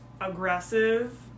aggressive